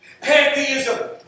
Pantheism